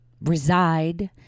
reside